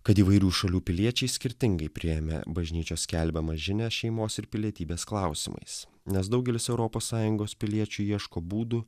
kad įvairių šalių piliečiai skirtingai priėmė bažnyčios skelbiamą žinią šeimos ir pilietybės klausimais nes daugelis europos sąjungos piliečių ieško būdų